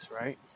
right